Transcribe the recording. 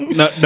no